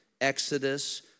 Exodus